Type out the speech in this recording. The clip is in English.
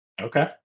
Okay